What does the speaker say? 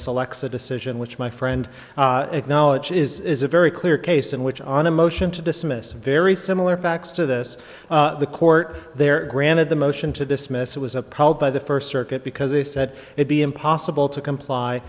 selects a decision which my friend acknowledged is a very clear case in which on a motion to dismiss very similar facts to this the court there granted the motion to dismiss it was upheld by the first circuit because they said it be impossible to comply